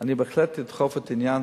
אני בהחלט אדחוף את העניין.